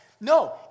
No